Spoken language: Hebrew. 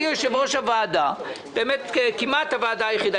אני יושב-ראש הוועדה, באמת, כמעט הוועדה היחידה.